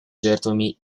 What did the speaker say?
жертвами